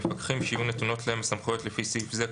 מפקחים שיהיו נתונות להם הסמכויות לפי סעיף זה,